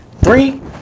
three